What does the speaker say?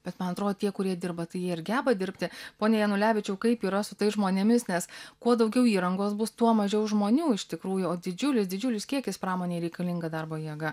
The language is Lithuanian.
bet man atrodo tie kurie dirba tai ir geba dirbti pone janulevičiau kaip yra su tais žmonėmis nes kuo daugiau įrangos bus tuo mažiau žmonių iš tikrųjų o didžiulis didžiulis kiekis pramonei reikalinga darbo jėga